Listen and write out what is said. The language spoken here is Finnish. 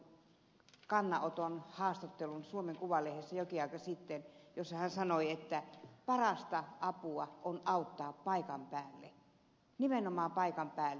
pekka haaviston kannanoton haastattelun suomen kuvalehdessä jokin aika sitten jossa hän sanoi että parasta apua on auttaa paikan päällä nimenomaan paikan päällä